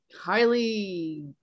highly